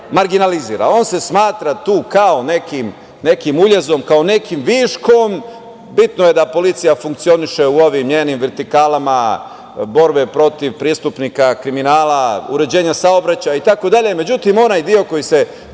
On se smatra tu kao nekim uljezom, kao nekim viškom. Bitno je da policija funkcioniše u ovim njenim vertikalama borbe protiv prestupnika kriminala, uređenja saobraćaja itd.